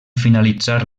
finalitzar